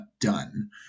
done